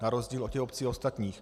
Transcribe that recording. Na rozdíl od obcí ostatních.